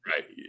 Right